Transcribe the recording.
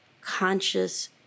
conscious